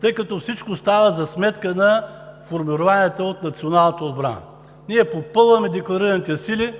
тъй като всичко става за сметка на формированията от националната отбрана. Ние попълваме декларираните сили